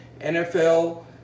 NFL